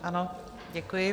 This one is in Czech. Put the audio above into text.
Ano, děkuji.